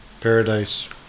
Paradise